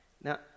Now